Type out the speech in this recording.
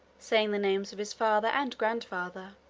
saying the names of his father and grandfather.